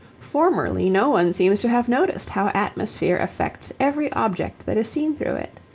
formerly no one seems to have noticed how atmosphere affects every object that is seen through it.